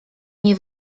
nie